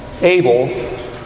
Abel